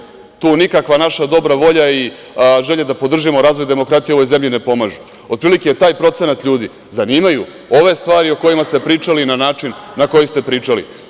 Tu nikakva naša dobra volja i želja da podržimo razvoj demokratije u ovoj zemlji ne pomaže, otprilike taj procenat ljudi zanimaju ove stvari o i kojima te pričali na način koji ste pričali.